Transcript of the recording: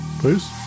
Please